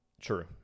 True